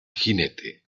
jinete